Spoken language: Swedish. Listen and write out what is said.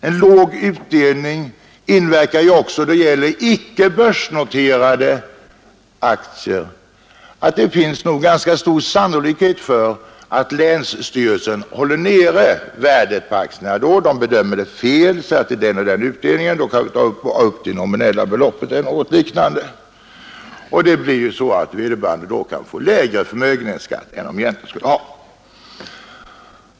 En låg utdelning innebär ju även när det gäller icke börsnoterade aktier att det nog förefinnes ganska stor sannolikhet för att länsstyrelsen omedvetet håller nere värdet på aktierna. Är utdelningen låg ökas utsikterna till en alltför låg värdering. Det blir då ofta så att aktieägaren kan få lägre förmögenhets skatt än han skulle ha.